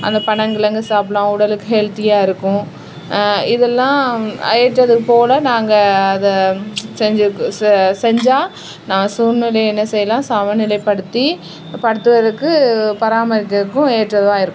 அந்த பனங்கிழங்கு சாப்பிட்லாம் உடலுக்கு ஹெல்த்தியாக இருக்கும் இதெல்லாம் ஏற்றது போல் நாங்கள் அதை செஞ்சு ச செஞ்சால் நாம் சூழ்நிலைய என்ன செய்லாம் சமநிலைப்படுத்தி படுத்துவதற்கு பராமரிக்கிறதுக்கும் ஏற்றதாக இருக்கு